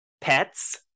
pets